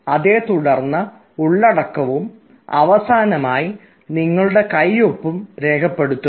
അതേ തുടർന്ന് ഉള്ളടക്കവും അവസാനമായി നിങ്ങളുടെ കയ്യൊപ്പും ഉൾപ്പെടുത്തുക